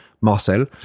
Marcel